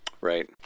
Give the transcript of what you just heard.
Right